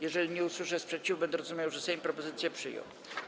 Jeżeli nie usłyszę sprzeciwu, będę rozumiał, że Sejm propozycję przyjął.